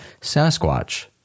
Sasquatch